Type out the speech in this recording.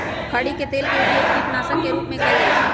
खरी के तेल के उपयोग कीटनाशक के रूप में कएल जाइ छइ